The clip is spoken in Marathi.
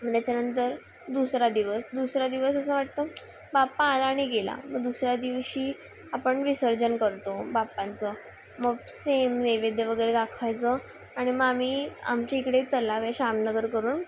मं त्याच्यानंतर दुसरा दिवस दुसरा दिवस असं वाटतं बापा आला आणि गेला मग दुसऱ्या दिवशी आपण विसर्जन करतो बापांचं मग सेम नेवेद्य वगरे दाखवायचं आणि मी आमच्या इकडे चलावे श्मनगर करून